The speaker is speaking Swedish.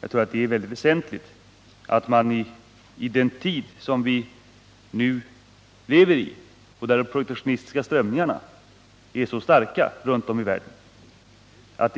Jag tror att det är mycket väsentligt att det i den tid vi nu lever i, när de protektionistiska strömningarna är så starka runt om i världen,